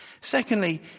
Secondly